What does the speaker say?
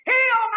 Heal